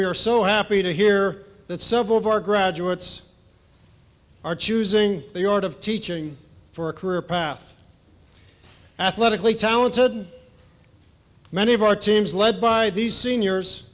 are so happy to hear that several of our graduates are choosing the art of teaching for a career path athletically talented many of our teams led by these seniors